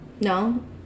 No